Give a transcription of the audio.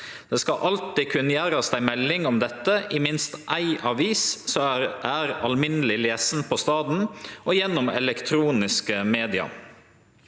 Det skal alltid kunngjerast ei melding om dette i minst éi avis som er alminneleg lesen på staden, og gjennom elektroniske medium.